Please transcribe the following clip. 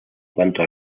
cuanto